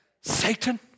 Satan